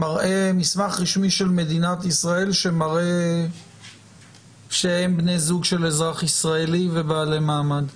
רשמי של מדינת ישראל שמראה שהם בני זוג של אזרח ישראלי ובעלי מעמד?